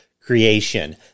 creation